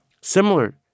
Similar